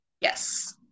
yes